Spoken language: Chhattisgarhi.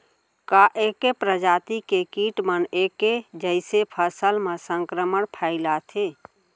का ऐके प्रजाति के किट मन ऐके जइसे फसल म संक्रमण फइलाथें?